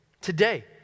Today